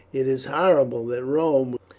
it is horrible that rome,